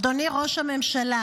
אדוני ראש הממשלה,